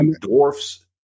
dwarfs